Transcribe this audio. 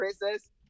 princess